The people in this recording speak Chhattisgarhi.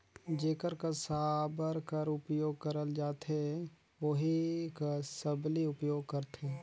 जेकर कस साबर कर उपियोग करल जाथे ओही कस सबली उपियोग करथे